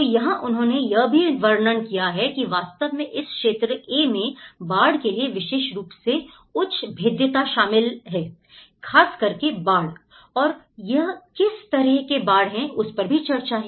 तो यहां उन्होंने यह भी वर्णन किया है कि वास्तव में इस क्षेत्र A में बाढ़ के लिए विशेष रूप से उच्च भेद्यता शामिल है खास करके बाढ़ और यह किस तरह के बाढ़ है उस पर भी चर्चा है